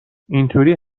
اینطوری